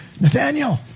Nathaniel